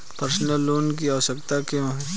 Personal loan की आवश्यकताएं क्या हैं?